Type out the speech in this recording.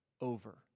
over